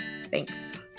Thanks